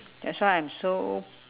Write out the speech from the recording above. that's why I'm so